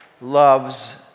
loves